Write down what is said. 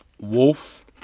Wolf